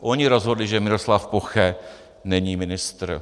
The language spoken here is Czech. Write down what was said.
Oni rozhodli, že Miroslav Poche není ministr.